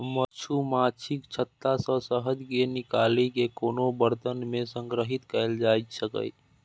मछुमाछीक छत्ता सं शहद कें निकालि कें कोनो बरतन मे संग्रहीत कैल जाइ छै